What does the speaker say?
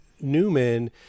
Newman